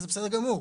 וזה בסדר גמור.